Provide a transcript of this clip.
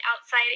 outside